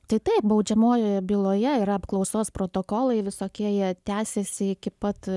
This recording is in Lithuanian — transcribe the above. tai taip baudžiamojoje byloje yra apklausos protokolai visokie jie tęsiasi iki pat